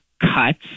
cuts